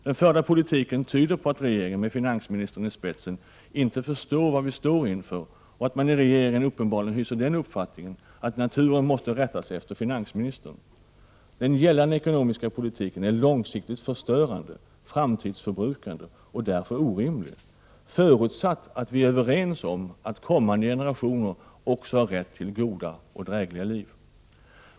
Den förda politiken tyder på att regeringen med finansministern i spetsen inte förstår vad vi står inför och att man i regeringen uppenbarligen hyser den uppfattningen att naturen måste rätta sig efter finansministern. Den gällande ekonomiska politiken är långsiktigt förstörande, framtidsförbrukande, och därför orimlig — förutsatt att vi är överens om att kommande generationer också har rätt till goda och drägliga liv.